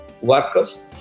workers